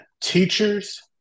teachers